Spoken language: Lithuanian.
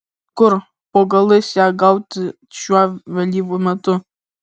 kur po galais ją gauti šiuo vėlyvu metu